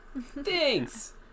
Thanks